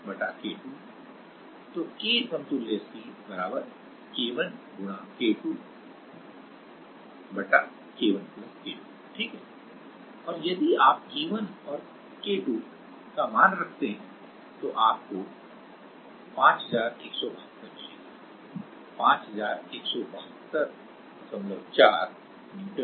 तो K समतुल्य c K1K2K1K2 ठीक है और यदि आप K1 और K2 मान रखते हैं तो आपको 5172 मिलेगा 51724 न्यूटन प्रति मीटर